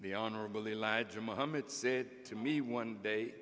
the honorable elijah muhammad said to me one day